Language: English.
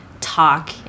talk